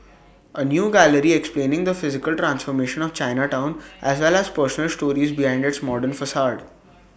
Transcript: A new gallery explaining the physical transformation of Chinatown as well as personal stories behind its modern facade